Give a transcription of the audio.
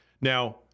Now